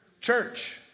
church